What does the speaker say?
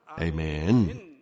Amen